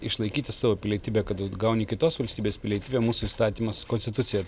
išlaikyti savo pilietybę kad atgauni kitos valstybės pilietybę mūsų įstatymas konstitucija